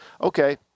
okay